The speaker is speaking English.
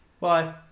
Bye